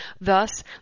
Thus